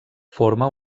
forma